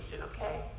okay